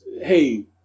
hey